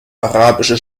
arabische